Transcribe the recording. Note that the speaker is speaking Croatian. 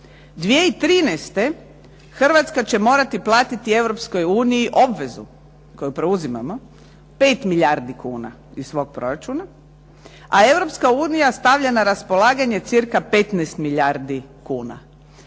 2013. Hrvatska će morati platiti Europskoj uniji obvezu koju preuzimamo 5 milijardi kuna iz svog proračuna, a Europska unija stavlja na raspolaganje cirka 15 milijardi kuna.